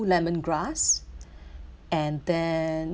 lemongrass and then